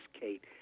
Kate